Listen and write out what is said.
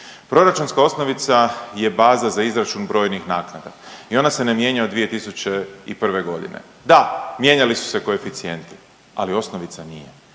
Proračunska osnovica je baza za izračun brojnih naknada i ona se ne mijenja od 2001. g. Da, mijenjali su se koeficijenti, ali osnovica nije.